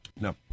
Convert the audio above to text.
no